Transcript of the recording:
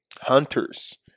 Hunters